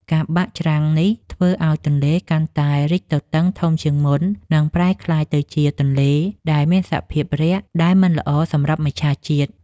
ការបាក់ច្រាំងនេះធ្វើឱ្យទន្លេកាន់តែរីកទទឹងធំជាងមុន និង ប្រែក្លាយទៅជាទន្លេដែលមានសភាពរាក់ដែលមិនល្អសម្រាប់មច្ឆជាតិ។